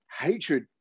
hatred